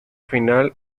final